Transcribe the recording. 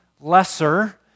lesser